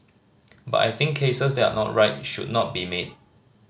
but I think cases that are not right should not be made